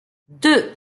deux